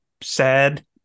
sad